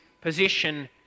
position